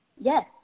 Yes